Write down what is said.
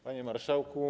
Panie Marszałku!